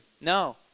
no